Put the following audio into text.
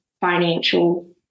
financial